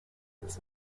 its